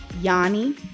yanni